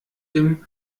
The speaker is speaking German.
dem